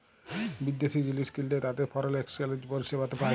বিদ্যাশি জিলিস কিললে তাতে ফরেল একসচ্যানেজ পরিসেবাতে পায়